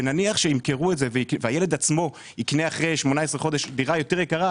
ונניח שימכרו את זה והילד עצמו יקנה אחרי 18 חודש דירה יותר יקרה,